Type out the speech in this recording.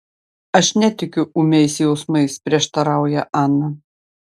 aš netikiu ūmiais jausmais prieštarauja ana